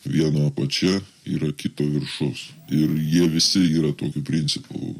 vieno apačia yra kito viršus ir jie visi yra tokiu principu